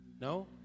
No